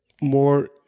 more